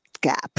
gap